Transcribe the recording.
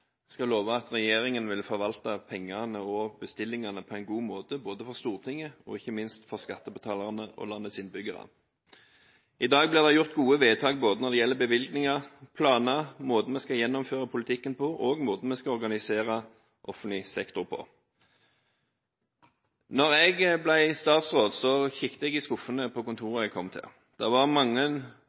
skal gjennomføre politikken på, og måten vi skal organisere offentlig sektor på. Da jeg ble statsråd, kikket jeg i skuffene på kontoret jeg kom til. Det var mange